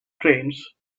trains